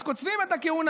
אז קוצבים את הכהונה,